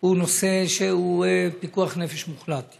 הוא נושא שהוא פיקוח נפש מוחלט.